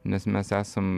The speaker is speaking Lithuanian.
nes mes esam